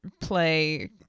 play